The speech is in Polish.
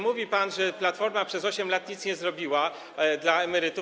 Mówił pan, że Platforma przez 8 lat nic nie zrobiła dla emerytów.